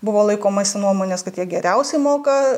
buvo laikomasi nuomonės kad jie geriausiai moka